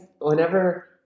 whenever